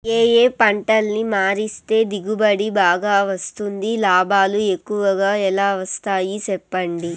ఏ ఏ పంటలని మారిస్తే దిగుబడి బాగా వస్తుంది, లాభాలు ఎక్కువగా ఎలా వస్తాయి సెప్పండి